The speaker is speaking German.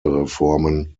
reformen